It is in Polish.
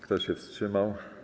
Kto się wstrzymał?